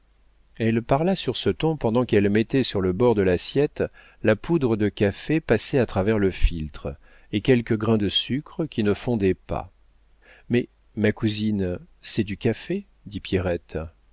elle parla sur ce ton pendant qu'elle mettait sur le bord de l'assiette la poudre de café passée à travers le filtre et quelques grains de sucre qui ne fondaient pas mais ma cousine c'est du café dit